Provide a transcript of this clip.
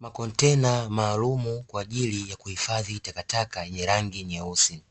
Makontena maalumu kwaajili ya kuhifadhia takataka yenye rangi nyeusi.